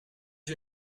you